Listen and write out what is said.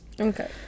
Okay